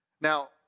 Now